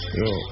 yo